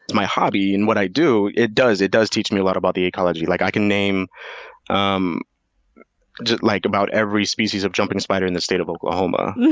my hobby and what i do, it does it does teach me a lot about the ecology. like i can name um like about every species of jumping spider in the state of oklahoma.